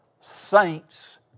saints